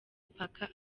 mpaka